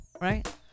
right